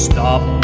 Stop